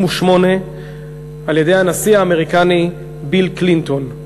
על-ידי הנשיא האמריקני ביל קלינטון.